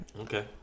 Okay